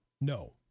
No